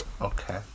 Okay